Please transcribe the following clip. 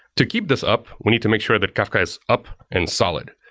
to keep this up, we need to make sure that kafka is up and solid.